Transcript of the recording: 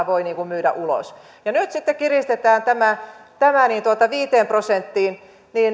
voi myydä ulos ja kun nyt sitten kiristetään tämä tämä viiteen prosenttiin